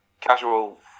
casual